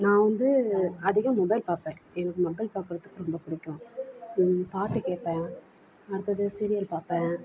நான் வந்து அதிகம் மொபைல் பார்ப்பேன் எனக்கு மொபைல் பார்க்கறத்துக்கு ரொம்ப பிடிக்கும் பாட்டு கேட்பேன் அடுத்தது சீரியல் பார்ப்பேன்